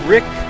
Rick